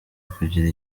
kugira